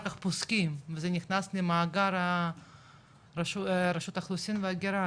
כך פוסקים וזה נכנס למאגר רשות האוכלוסין וההגירה,